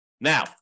Now